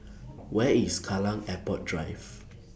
Where IS Kallang Airport Drive